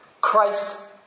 Christ